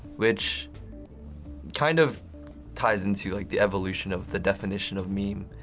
which kind of ties into like the evolution of the definition of meme,